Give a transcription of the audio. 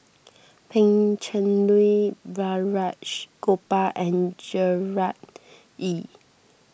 Pan Cheng Lui Balraj Gopal and Gerard Ee